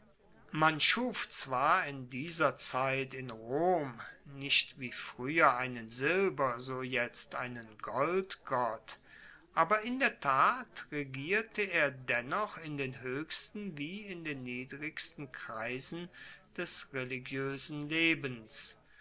man schuf zwar in dieser zeit in rom nicht wie frueher einen silber so jetzt einen goldgott aber in der tat regierte er dennoch in den hoechsten wie in den niedrigsten kreisen des religioesen lebens